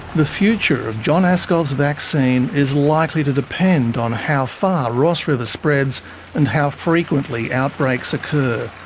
the future of john aaskov's vaccine is likely to depend on how far ross river spreads and how frequently outbreaks occur.